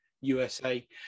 USA